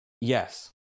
Yes